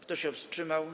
Kto się wstrzymał?